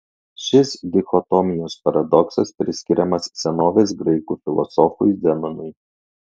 šis dichotomijos paradoksas priskiriamas senovės graikų filosofui zenonui